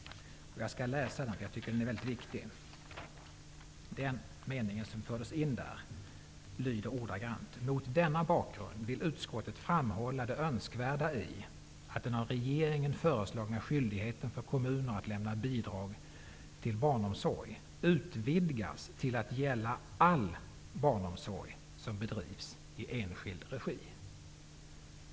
Jag skall läsa den, eftersom jag tycker att den är mycket viktig. Den mening som fördes in lyder ordagrant: ''Mot denna bakgrund vill utskottet framhålla det önskvärda i att den av regeringen förslagna skyldigheten för kommuner att lämna bidrag till barnomsorg utvidgas till att gälla all barnomsorg som bedrivs i enskild regi.